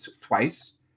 twice